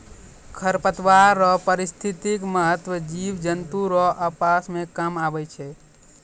खरपतवार रो पारिस्थितिक महत्व जिव जन्तु रो आवास मे काम आबै छै